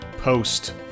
post-